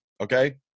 Okay